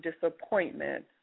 disappointment